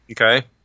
Okay